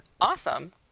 awesome